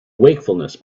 wakefulness